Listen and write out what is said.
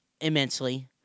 immensely